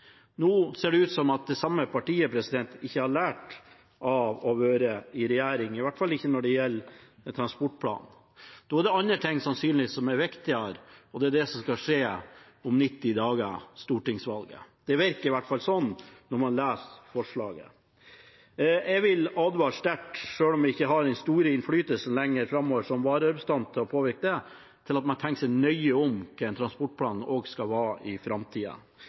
Nå ser det ut som om det samme partiet ikke har lært av å være i regjering, i hvert fall ikke når det gjelder transportplanen. Det er sannsynligvis andre ting som er viktigere, og det er det som skal skje om 90 dager – stortingsvalget. Det virker i hvert fall sånn når man leser forslaget. Jeg vil sterkt anbefale – selv om jeg som vararepresentant ikke lenger har den store innflytelsen til å påvirke det – at man tenker nøye over hva en transportplan skal være i